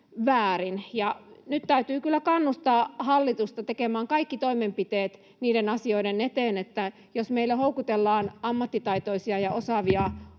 väärin. Nyt täytyy kyllä kannustaa hallitusta tekemään kaikki toimenpiteet niiden asioiden eteen, niin että jos meille houkutellaan ammattitaitoisia ja osaavia